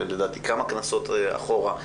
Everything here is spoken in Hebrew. לדעתי כמה כנסות אחורה,